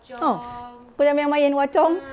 ah kau jangan main-main hwa chong